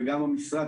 וגם המשרד,